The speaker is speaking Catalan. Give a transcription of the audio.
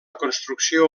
construcció